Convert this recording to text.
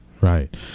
right